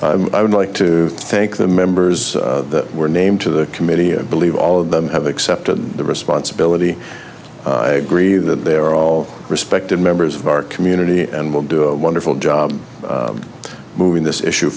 members i would like to thank the members that were named to the committee i believe all of them have accepted the responsibility i agree that they are all respected members of our community and will do a wonderful job moving this issue